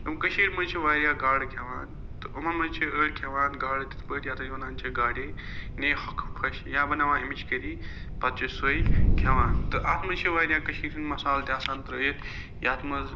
یِم کٔشیٖرِ مَنٛز چھِ واریاہ گاڈٕ کھٮ۪وان تہٕ یِمَن مَنٛز چھِ أڑۍ کھٮ۪وان گاڈٕ تِتھ پٲٹھۍ یَتھ أسۍ ونان چھِ گاڑے یا بناوان اَمِچ کٔری پَتہٕ چھِ أسۍ سۄے کھٮ۪وان تہٕ اَتھ مَنٛز چھِ واریاہ کٔشیٖرِ ہُنٛد مَصالہ تہِ آسان ترٛٲیِتھ یَتھ مَنٛز